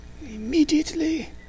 immediately